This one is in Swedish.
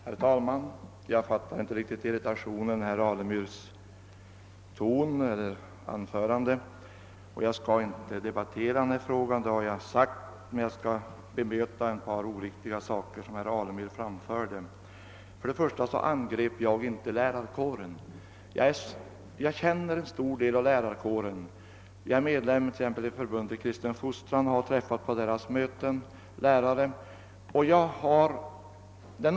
Herr talman! Jag förstår inte riktigt den irriterade tonen i herr Alemyrs anförande. Jag har redan sagt att jag inte skall debattera denna fråga, men jag skall bemöta ett par oriktiga uppgifter som herr Alemyr lämnade. Jag angrep inte lärarkåren. Jag känner en stor del av lärarkåren. Jag är t.ex. medlem i Förbundet för kristen fostran och har på dettas möten ofta träffat lärare.